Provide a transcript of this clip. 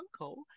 uncle